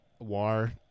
War